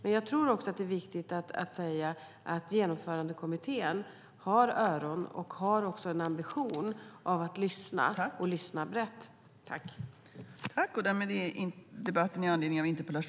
Det är också viktigt att säga att Genomförandekommittén har öron och har en ambition att lyssna brett.